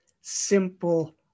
simple